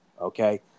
okay